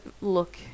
look